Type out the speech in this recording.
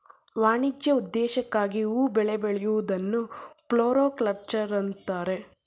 ವಾಣಿಜ್ಯ ಉದ್ದೇಶಕ್ಕಾಗಿ ಹೂ ಬೆಳೆ ಬೆಳೆಯೂದನ್ನು ಫ್ಲೋರಿಕಲ್ಚರ್ ಅಂತರೆ